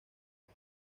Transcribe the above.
una